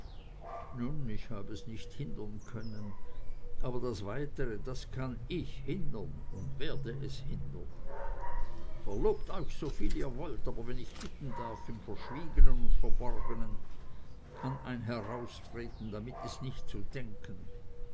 nun ich hab es nicht hindern können aber das weitere das kann ich hindern und werde es hindern verlobt euch soviel ihr wollt aber wenn ich bitten darf im verschwiegenen und verborgenen an ein heraustreten damit ist nicht zu denken